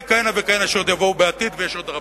כהנה וכהנה שעוד יבואו בעתיד ויש רבות.